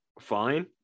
Fine